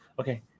Okay